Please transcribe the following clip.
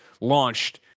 launched